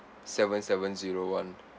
seven seven zero one